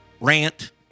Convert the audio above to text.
Rant